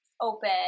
open